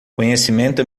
conhecimento